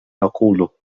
أقوله